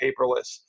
paperless